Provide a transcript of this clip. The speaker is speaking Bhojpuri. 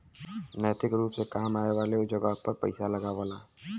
नैतिक रुप से काम आए वाले जगह पर पइसा लगावला